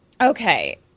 okay